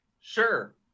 Sure